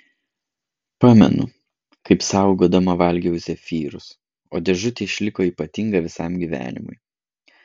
pamenu kaip saugodama valgiau zefyrus o dėžutė išliko ypatinga visam gyvenimui